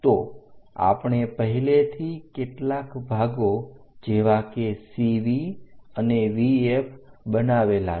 તો આપણે પહેલેથી કેટલાક ભાગો જેવા કે CV અને VF બનાવેલા છે